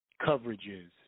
coverages